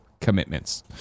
commitments